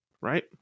right